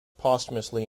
posthumously